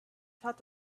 thought